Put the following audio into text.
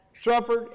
suffered